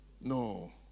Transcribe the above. No